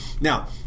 Now